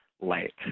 light